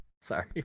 Sorry